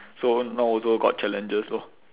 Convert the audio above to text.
so now also got challenges loh